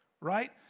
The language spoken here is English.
right